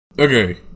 Okay